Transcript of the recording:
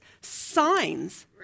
signs